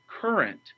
current